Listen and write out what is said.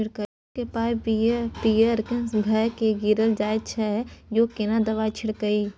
सरसो के पात पीयर भ के गीरल जाय छै यो केना दवाई के छिड़कीयई?